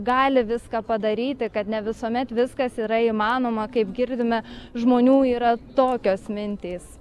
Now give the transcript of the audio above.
gali viską padaryti kad ne visuomet viskas yra įmanoma kaip girdime žmonių yra tokios mintys